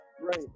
Right